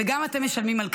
וגם אתם משלמים על כך.